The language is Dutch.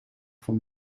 van